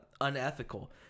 unethical